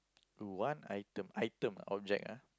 one item item object ah